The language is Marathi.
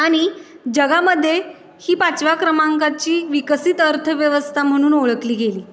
आणि जगामध्ये ही पाचव्या क्रमांकाची विकसित अर्थव्यवस्था म्हणून ओळखली गेली